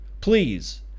please